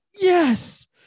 yes